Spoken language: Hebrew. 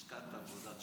לשכת עבודה.